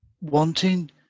wanting